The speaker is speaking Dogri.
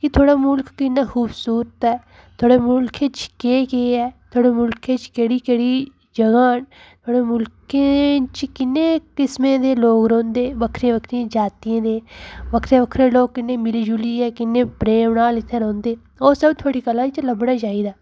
कि थुआढ़ा मुल्ख किन्ना खूबसूरत ऐ थुआढ़े मुल्खै च केह् केह् ऐ थुआढ़ा मुल्खै च केह्ड़ी केह्ड़ी जगह् न थुआढ़े मुल्खे च किन्ने किस्में दे लोग रौंह्दे बक्खरियें बक्खरियें जातियें दे बक्खरे बक्खरे लोग किन्ने मिली जुलियै किन्ने प्रेम नाल इत्थें रौंह्दे ओह् सब थुआढ़ी कला च लब्भना चाहि्दा